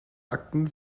akten